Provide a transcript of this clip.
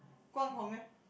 Guang Hong leh